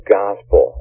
gospel